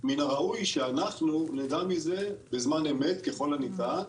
מן הראוי שאנחנו נדע מזה בזמן אמת ככל הניתן,